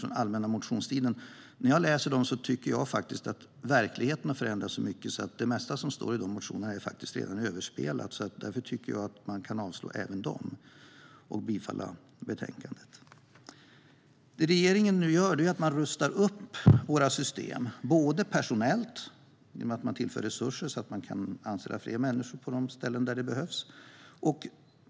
När jag läser motionerna tycker jag att verkligheten har förändrats så mycket att det mesta som står i dem redan är överspelat. Därför tycker jag att man kan avslå även dessa och bifalla utskottets förslag till beslut. Regeringen rustar nu upp våra system personellt genom att tillföra resurser så att fler människor kan anställas på de ställen där det behövs.